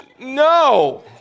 No